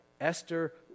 Esther